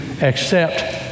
accept